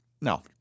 No